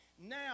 Now